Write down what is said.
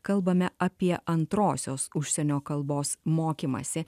kalbame apie antrosios užsienio kalbos mokymąsi